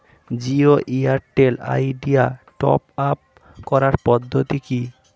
Jio Airtel Idea top up করার পদ্ধতি কি?